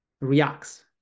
reacts